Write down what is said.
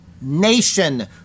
nation